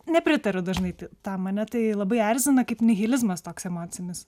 nepritariu dažnai tai tą mane tai labai erzina kaip nihilizmas toks emocinis